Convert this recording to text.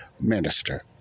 minister